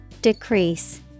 Decrease